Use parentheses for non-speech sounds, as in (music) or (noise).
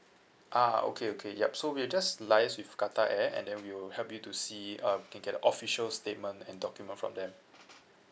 ah okay okay yup so we'll just liaise with qatar air and then we will help you to see um we can get a official statement and document from them (noise)